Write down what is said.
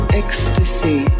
ecstasy